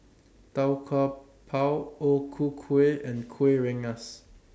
Tau Kwa Pau O Ku Kueh and Kuih Rengas